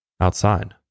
outside